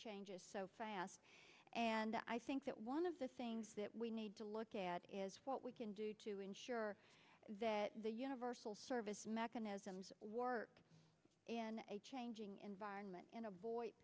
changes so fast and i think that one of the things that we need to look at is what we can do to ensure that the universal service mechanisms work in a changing environment in a boy